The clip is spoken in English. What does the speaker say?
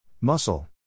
Muscle